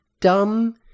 dumb